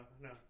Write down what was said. no